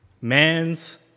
man's